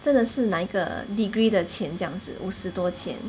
真的是拿一个 degree 的钱这样子五十多千